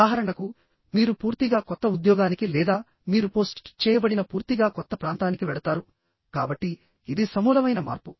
ఉదాహరణకు మీరు పూర్తిగా కొత్త ఉద్యోగానికి లేదా మీరు పోస్ట్ చేయబడిన పూర్తిగా కొత్త ప్రాంతానికి వెళతారు కాబట్టి ఇది సమూలమైన మార్పు